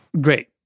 Great